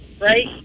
right